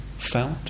Felt